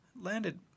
Landed